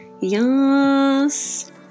Yes